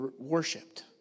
worshipped